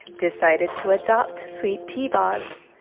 decided to adopt sweet t-boz.